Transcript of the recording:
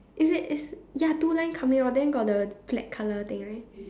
is it is ya two line coming out then got the black colour thing right